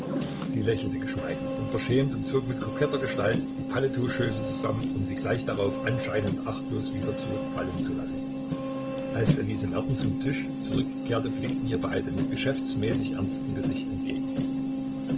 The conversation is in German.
sie lächelte geschmeichelt und verschämt und zog mit koketter geste die paletotschöße zusammen um sie gleich darauf anscheinend achtlos wieder zurückfallen zu lassen als elise merten zum tisch zurückkehrte blickten ihr beide mit geschäftsmäßig ernstem gesicht entgegen